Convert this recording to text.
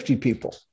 people